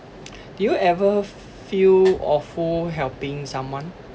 did you ever feel awful helping someone